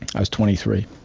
i was twenty three.